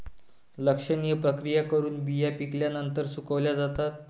लक्षणीय प्रक्रिया करून बिया पिकल्यानंतर सुकवल्या जातात